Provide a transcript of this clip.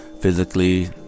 physically